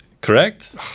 Correct